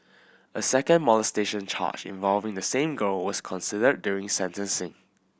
a second molestation charge involving the same girl was considered during sentencing